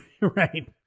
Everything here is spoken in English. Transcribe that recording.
Right